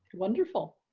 wonderful.